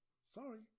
Sorry